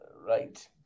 Right